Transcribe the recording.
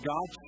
God